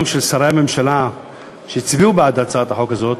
גם של שרי הממשלה שהצביעו בעד הצעת החוק הזו,